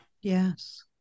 yes